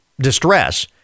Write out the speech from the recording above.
distress